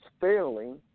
failing